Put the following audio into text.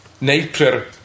nature